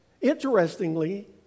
interestingly